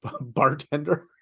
bartender